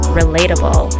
relatable